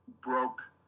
broke